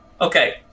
Okay